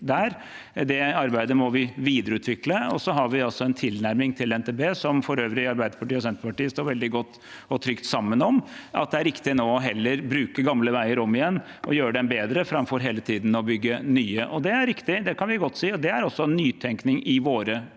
Det arbeidet må vi videreutvikle. Så har vi en tilnærming til NTP – som for øvrig Arbeiderpartiet og Senterpartiet står veldig godt og trygt sammen om – om at det er riktig nå heller å bruke gamle veier om igjen og gjøre dem bedre, framfor hele tiden å bygge nye. Det er riktig, det kan vi godt si, det er også nytenkning i våre